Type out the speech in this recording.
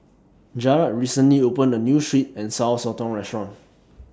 Jarad recently opened A New Sweet and Sour Sotong Restaurant